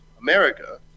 America